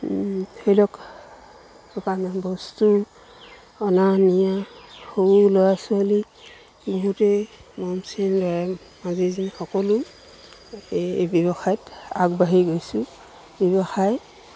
ধৰি লওক দোকানৰ বস্তু অনা নিয়া সৰু ল'ৰা ছোৱালী বহুতেই সকলো এই এই ব্যৱসায়ত আগবাঢ়ি গৈছোঁ ব্যৱসায়